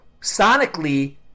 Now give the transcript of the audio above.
sonically